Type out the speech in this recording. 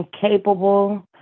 capable